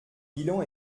bilan